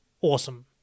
awesome